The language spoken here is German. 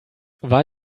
war